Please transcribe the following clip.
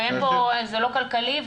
וזה לא כלכלי,